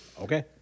Okay